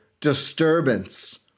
disturbance